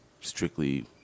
strictly